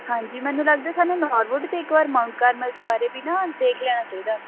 ਹਾਂਜੀ ਮੈਨੂੰ ਲੱਗਦਾ ਸਾਨੂੰ ਨੌਰਵੁੱਡ ਅਤੇ ਇੱਕ ਵਾਰ ਮਾਊਂਟ ਕਾਰਮਲ ਦੇ ਬਾਰੇ ਵੀ ਨਾ ਦੇਖ ਲੈਣਾ ਚਾਹੀਦਾ